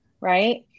right